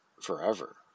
forever